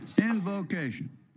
Invocation